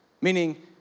Meaning